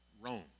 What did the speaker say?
Rome